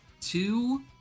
Two